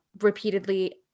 repeatedly